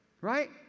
right